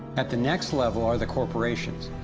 at the next level are the corporations.